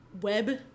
web